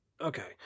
okay